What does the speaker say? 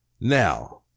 now